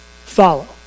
follow